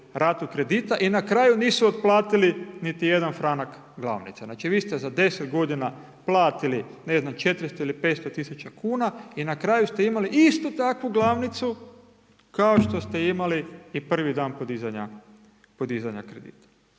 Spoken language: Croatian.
ratu kredita i na kraju nisu otplatili niti jedan franak glavnice. Znači vi ste za 10 godina platili, ne znam 400 ili 500 tisuća kuna i na kraju ste imali istu takvu glavnicu kao što ste imali i prvi dan podizanja kredita.